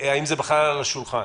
האם זה בכלל על השולחן?